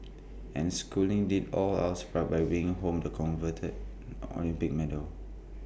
and schooling did all of us proud by bringing home the coveted Olympic medal